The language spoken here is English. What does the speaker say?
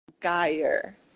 Geyer